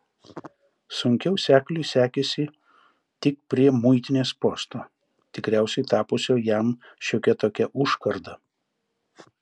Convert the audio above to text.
sunkiau sekliui sekėsi tik prie muitinės posto tikriausiai tapusio jam šiokia tokia užkarda